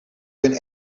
ben